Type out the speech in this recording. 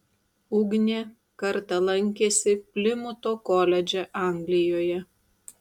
ugnė kartą lankėsi plimuto koledže anglijoje